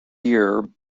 year